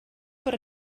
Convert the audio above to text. per